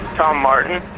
tom martin.